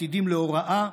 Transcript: עתידים להוראה.